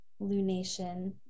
lunation